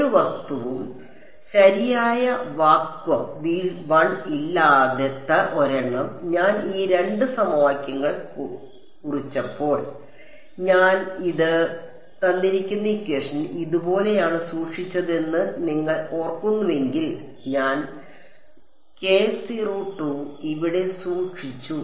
ഒരു വസ്തുവും ശരിയായ വാക്വം ഇല്ലാത്ത ഒരെണ്ണം ഞാൻ ഈ രണ്ട് സമവാക്യങ്ങൾ കുറച്ചപ്പോൾ ഞാൻ ഇത് ഇതുപോലെയാണ് സൂക്ഷിച്ചതെന്ന് നിങ്ങൾ ഓർക്കുന്നുവെങ്കിൽ ഞാൻ ഇവിടെ സൂക്ഷിച്ചു